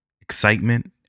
Excitement